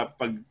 pag